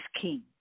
king